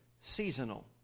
Seasonal